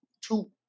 two